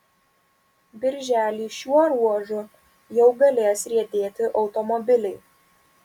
birželį šiuo ruožu jau galės riedėti automobiliai